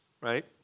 right